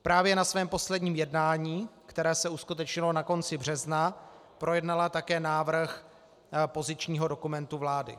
Právě na svém posledním jednání, které se uskutečnilo na konci března, projednala také návrh pozičního dokumentu vlády.